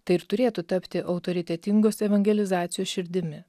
tai ir turėtų tapti autoritetingos evangelizacijos širdimi